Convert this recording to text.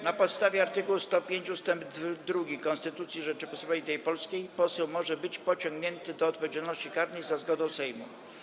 Na podstawie art. 105 ust. 2 Konstytucji Rzeczypospolitej Polskiej poseł może być pociągnięty do odpowiedzialności karnej za zgodą Sejmu.